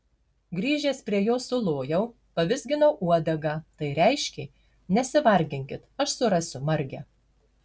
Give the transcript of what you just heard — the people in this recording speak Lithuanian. grįžęs prie jo sulojau pavizginau uodegą tai reiškė nesivarginkit aš surasiu margę